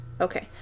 Okay